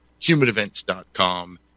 humanevents.com